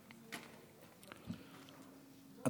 שלוש דקות.